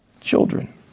Children